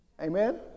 Amen